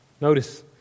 Notice